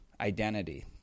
identity